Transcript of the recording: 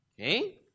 Okay